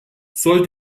soll